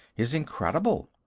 is incredible.